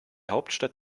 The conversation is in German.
hauptstadt